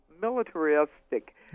militaristic